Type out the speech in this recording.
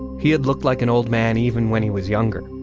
he had looked like an old man, even when he was younger.